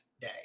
day